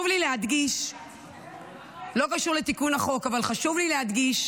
לא קשור לתיקון החוק, אבל חשוב לי להדגיש